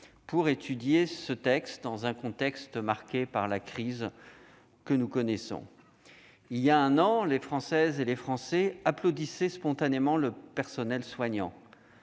proposition de loi dans un contexte marqué par la crise que nous connaissons. Il y a un an, les Françaises et les Français applaudissaient spontanément le personnel soignant.